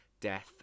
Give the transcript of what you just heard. death